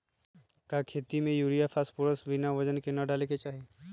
का खेती में यूरिया फास्फोरस बिना वजन के न डाले के चाहि?